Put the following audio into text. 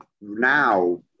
now